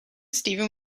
steven